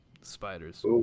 Spiders